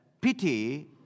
pity